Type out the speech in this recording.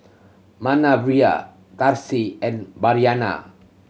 Manervia and Bryanna